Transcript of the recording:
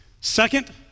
Second